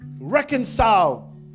reconcile